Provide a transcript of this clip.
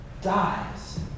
dies